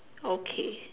okay